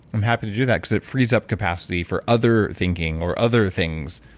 i'm happy to do that because it frees up capacity for other thinking or other things,